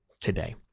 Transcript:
today